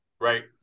Right